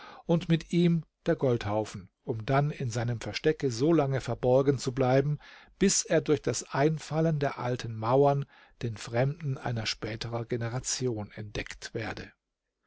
und mit ihm der goldhaufen um dann in seinem verstecke so lange verborgen zu bleiben bis er durch das einfallen der alten mauern den fremden einer späteren generation entdeckt werde